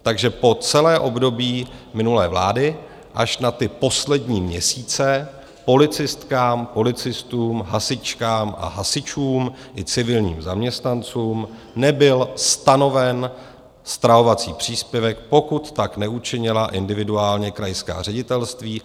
Takže po celé období minulé vlády, až na ty poslední měsíce, policistkám, policistům, hasičkám a hasičům i civilním zaměstnancům nebyl stanoven stravovací příspěvek, pokud tak neučinila individuálně krajská ředitelství.